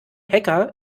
hacker